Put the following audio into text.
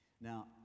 Now